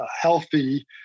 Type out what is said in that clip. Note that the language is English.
healthy